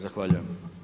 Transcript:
Zahvaljujem.